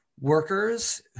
workers